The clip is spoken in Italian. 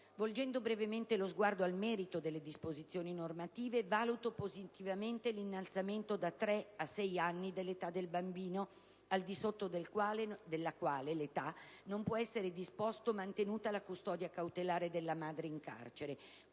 Volgendo brevemente lo sguardo al merito delle disposizioni normative, valuto positivamente l'innalzamento da tre a sei anni dell'età del bambino al di sotto della quale non può essere disposta o mantenuta la custodia cautelare della madre in carcere.